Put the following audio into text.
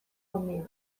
umea